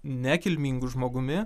nekilmingu žmogumi